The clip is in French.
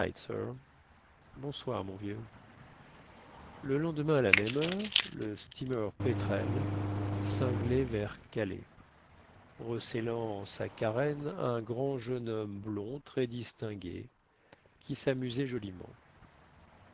bonsoir mon vieux le lendemain à la même heure le steamer pétrel cinglait vers calais recélant en sa carène un grand jeune homme blond très distingué qui samusait joliment